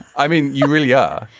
i mean you really are.